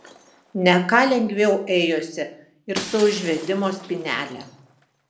ne ką lengviau ėjosi ir su užvedimo spynele